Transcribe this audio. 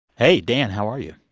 hey, dan, how are you?